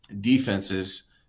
defenses